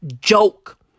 joke